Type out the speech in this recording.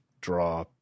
draw